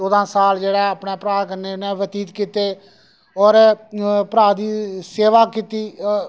चौदां साल जेह्ड़ा ऐ अपने भ्राऽ कन्नै उन्नै बतीत कीते और भ्राऽ दी सेवा कीती